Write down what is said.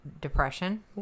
depression